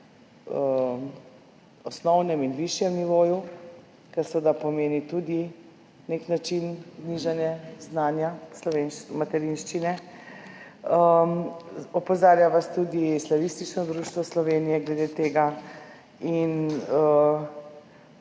na osnovnem in višjem nivoju, kar seveda pomeni tudi na nek način nižanje znanja materinščine. Opozarja vas tudi Slavistično društvo Slovenije glede tega.